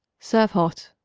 serve hot.